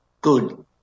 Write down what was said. good